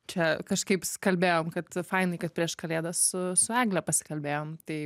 čia kažkaip s kalbėjom kad fainai kad prieš kalėdas su su egle pasikalbėjom tai